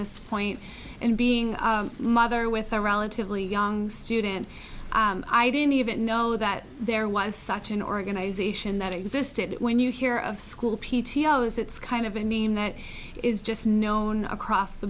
this point and being a mother with a relatively young student i didn't even know that there was such an organization that existed when you hear of school p t o s it's kind of a name that is just known across the